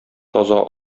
таза